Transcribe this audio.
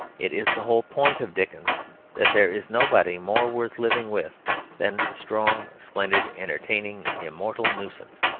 it is the whole point of dickens that there is nobody more worth living with than a strong, splendid, entertaining, immortal nuisance.